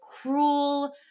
cruel